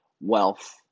wealth